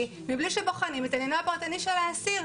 מבלי שבוחנים את עניינו הפרטני של האסיר.